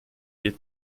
ihr